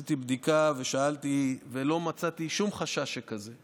עשיתי בדיקה ושאלתי ולא מצאתי שום חשש שכזה.